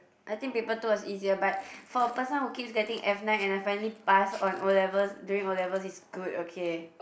I think paper two was easier but for a person who keeps getting F nine and I finally pass on O-levels during O-levels is good okay